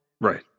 right